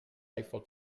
eiffel